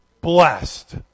blessed